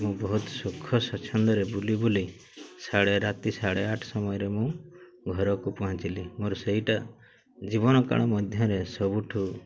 ମୁଁ ବହୁତ ସୁଖ ସ୍ୱଚ୍ଛନ୍ଦରେ ବୁଲି ବୁଲି ସାଢ଼େ ରାତି ସାଢ଼େ ଆଠ ସମୟରେ ମୁଁ ଘରକୁ ପହଞ୍ଚିଲି ମୋର ସେଇଟା ଜୀବନ କାଳ ମଧ୍ୟରେ ସବୁଠୁ